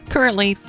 Currently